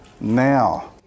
now